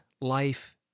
life